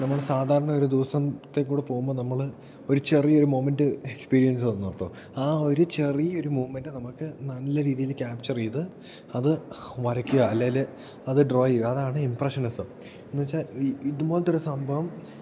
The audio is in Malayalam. നമ്മൾ സാധാരണ ഒരു ദിവസംത്തേകൂടെ പോവുമ്പോൾ നമ്മൾ ഒരു ചെറിയൊരു മൊമെൻറ് എക്സ്പീരിയൻസ് തന്നോർത്തോ ആ ഒരു ചെറിയൊരു മൂമെൻറ് നമുക്ക് നല്ല രീതിയിൽ ക്യാപ്ചർ ചെയ്ത് അത് വരയ്ക്കുക അല്ലെങ്കിൽ അത് ഡ്രോ ചെയ്യുക അതാണ് ഇമ്പ്രഷനിസം എന്ന് വെച്ചാൽ ഇതുപോലത്തെ ഒരു സംഭവം